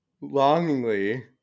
Longingly